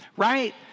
right